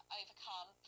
overcome